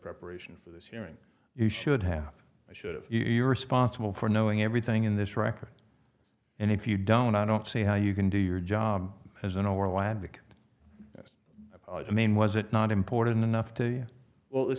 preparation for this hearing you should have i should you are responsible for knowing everything in this record and if you don't i don't see how you can do your job as an orlando i mean was it not important enough to you well